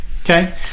Okay